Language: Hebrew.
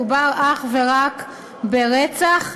מדובר אך ורק ברצח,